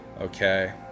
Okay